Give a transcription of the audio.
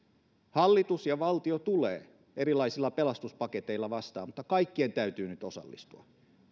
hallitus ja valtio tulevat erilaisilla pelastuspaketeilla vastaan mutta kaikkien täytyy nyt osallistua